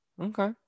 Okay